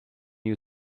you